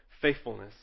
faithfulness